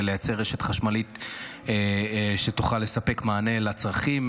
ולייצר רשת חשמלית שתוכל לספק מענה לצרכים.